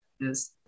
yes